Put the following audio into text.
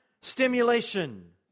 stimulation